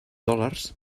dòlars